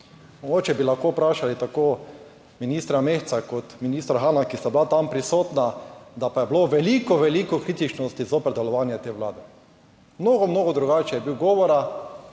Mogoče bi lahko vprašali tako ministra Mesca kot ministra Hana, ki sta bila tam prisotna, da pa je bilo veliko, veliko kritičnosti zoper delovanje te vlade. Mnogo mnogo drugače je bilo govora.